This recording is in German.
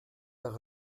der